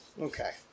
Okay